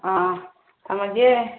ꯑꯥ ꯑꯥ ꯊꯝꯃꯒꯦ